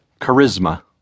charisma